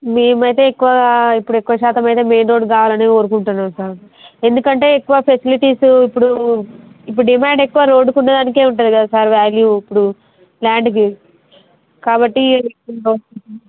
మేమైతే ఎక్కువగా ఇప్పుడు ఎక్కువ శాతం అయితే మెయిన్ రోడ్ కావాలనే కోరుకుంటున్నాం సార్ ఎందుకంటే ఎక్కువ ఫేసీలిటీసు ఇప్పుడు ఇప్పుడు డిమాండ్ ఎక్కువ రోడ్డుకున్నదానికే ఉంటుంది కదా సార్ వాల్యూ ఇప్పుడు ల్యాండ్కి కాబట్టి ఇంక